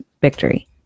Victory